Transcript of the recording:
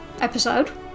episode